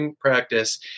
practice